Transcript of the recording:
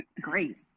Grace